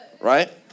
Right